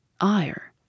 ire